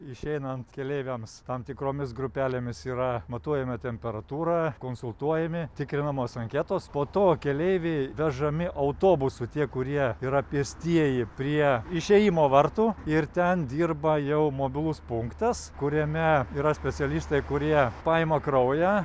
išeinant keleiviams tam tikromis grupelėmis yra matuojama temperatūra konsultuojami tikrinamos anketos po to keleiviai vežami autobusu tie kurie yra pėstieji prie išėjimo vartų ir ten dirba jau mobilus punktas kuriame yra specialistai kurie paima kraują